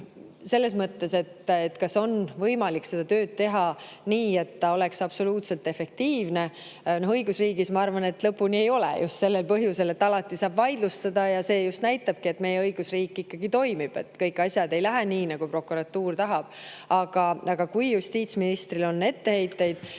Selles mõttes, et kas on võimalik teha seda tööd nii, et see oleks absoluutselt efektiivne? Õigusriigis, ma arvan, lõpuni ei ole, just sellel põhjusel, et alati saab vaidlustada. See just näitabki, et meie õigusriik ikkagi toimib. Kõik asjad ei lähe nii, nagu prokuratuur tahab. Aga kui justiitsministril on etteheiteid